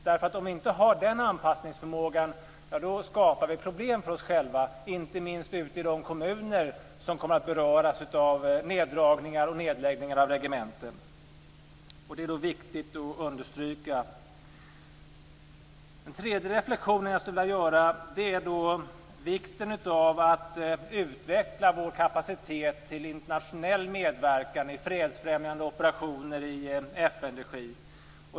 Om vi inte har den anpassningsförmågan skapar vi problem för oss själva, inte minst i de kommuner som kommer att beröras av neddragningar och nedläggningar av regementen. Det är viktigt att understryka det. En tredje reflexion som jag skulle vilja göra gäller vikten av att utveckla vår kapacitet i fråga om internationell medverkan i fredsfrämjande operationer i FN-regi.